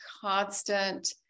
constant